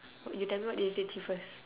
o~ you tell me what irritates you first